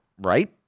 Right